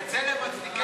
"בצלם" מצדיקים,